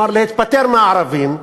כלומר, להתפטר מהערבים,